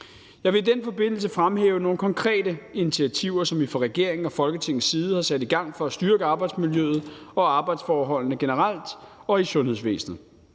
Jeg vil i den forbindelse fremhæve nogle konkrete initiativer, som vi fra regeringen og Folketingets side har sat i gang for at styrke arbejdsmiljøet og arbejdsforholdene, generelt og i sundhedsvæsenet.